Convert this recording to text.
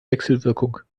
wechselwirkung